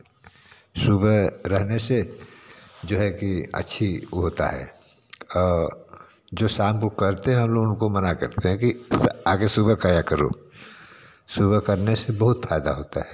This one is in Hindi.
सुबह रहने से जो है कि अच्छी होता है जो शाम को करते हैं हम लोग उनको मना करते हैं कि स आगे सुबह क आया करो सुबह करने से बहुत फ़ायदा होता है